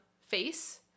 face